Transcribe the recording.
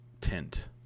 tint